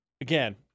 Again